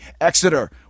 Exeter